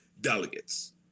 delegates